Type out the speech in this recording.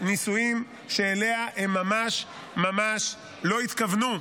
נישואים שאליה הם ממש ממש לא התכוונו,